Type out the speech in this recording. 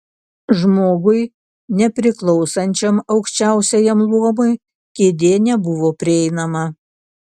žmogui nepriklausančiam aukščiausiajam luomui kėdė nebuvo prieinama